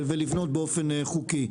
ולבנות באופן חוקי.